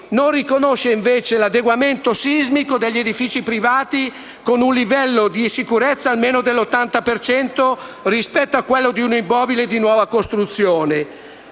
non riconosca l'adeguamento sismico degli edifici privati con un livello di sicurezza almeno dell'80 per cento rispetto a quello di un immobile di nuova costruzione.